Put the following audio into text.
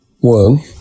One